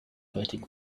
waiting